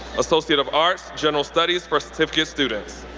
associate of arts, general studies for certificate students.